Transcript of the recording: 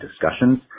discussions